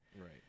Right